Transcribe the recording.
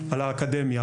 על האקדמיה,